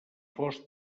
fost